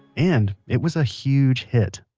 and it was a huge hit